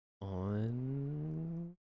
on